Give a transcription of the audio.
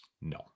No